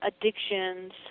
addictions